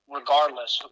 regardless